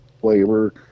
flavor